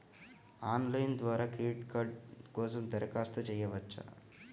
Online ద్వారా credit card కోసం దరఖాస్తు చేయవచ్చా?